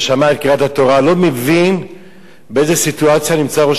התורה לא מבין באיזה סיטואציה נמצא ראש הממשלה.